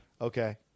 Okay